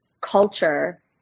culture